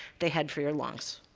they head for your lungs.